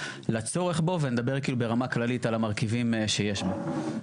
לצורך בו ונדבר ברמה כללית על המרכיבים שיש בו.